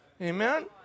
Amen